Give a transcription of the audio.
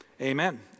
Amen